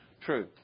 True